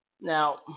Now